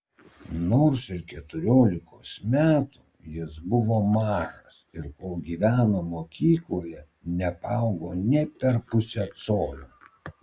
nors ir keturiolikos metų jis buvo mažas ir kol gyveno mokykloje nepaaugo nė per pusę colio